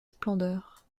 splendeur